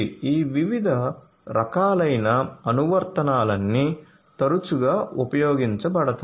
ఈ వివిధ రకాలైన అనువర్తనాలన్నీ తరచుగా ఉపయోగించబడతాయి